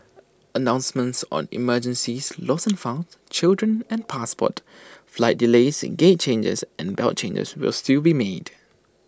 announcements on emergencies lost and found children and passports flight delays gate changes and belt changes will still be made